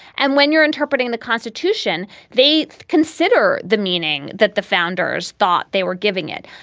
and when you're interpreting the constitution, they consider the meaning that the founders thought they were giving it.